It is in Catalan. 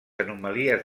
anomalies